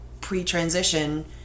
pre-transition